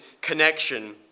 connection